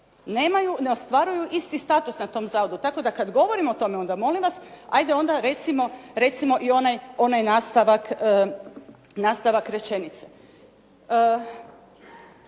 ne ostvaruju isti status na tom Zavodu. Tako da kad govorimo o tome, onda molim vas hajde onda recimo i onaj nastavak rečenice.